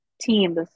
team